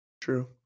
True